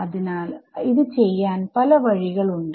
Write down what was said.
അതിനാൽ ഇത് ചെയ്യാൻ പല വഴികൾ ഉണ്ട്